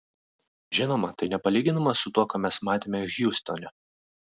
žinoma tai nepalyginama su tuo ką mes matėme hjustone